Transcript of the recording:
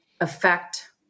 affect